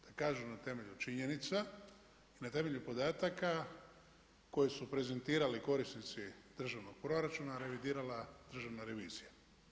Da kažu na temelju činjenica i na temelju podataka koje su prezentirali korisnici državnog proračuna, a revidirala Državna revizija.